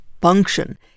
function